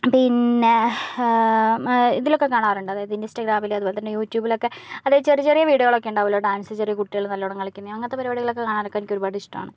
പിന്നെ ഇതിലൊക്കെ കാണാറുണ്ട് അതായത് ഇൻസ്റ്റഗ്രാമിൽ അതേപോലെ യൂട്യൂബിലൊക്കെ അതായത് ചെറിയ ചെറിയ വീഡിയോകൾ ഒക്കെ ഉണ്ടാവില്ലേ ഡാൻസ് ചെറിയ കുട്ടികൾ നല്ലവണ്ണം കളിക്കുന്ന അങ്ങനത്തെ പരിപാടികളൊക്കെ കാണാനൊക്കെ എനിക്ക് ഒരുപാട് ഇഷ്ടമാണ്